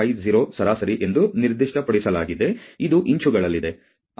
8750 ಸರಾಸರಿ ಎಂದು ನಿರ್ದಿಷ್ಟಪಡಿಸಲಾಗಿದೆ ಇದು ಇಂಚುಗಳಲ್ಲಿದೆ